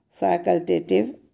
facultative